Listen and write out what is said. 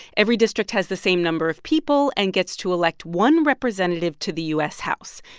every district has the same number of people and gets to elect one representative to the u s. house.